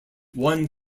one